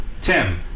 Tim